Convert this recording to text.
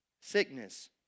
Sickness